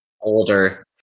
older